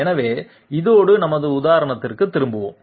எனவே இதோடு நமது உதாரணத்திற்கு திரும்புவோம்